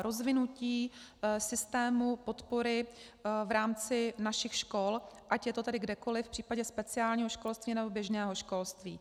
Rozvinutí systému podpory v rámci našich škol, ať je to kdekoliv, v případě speciálního školství nebo běžného školství.